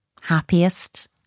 happiest